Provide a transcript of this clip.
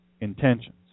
intentions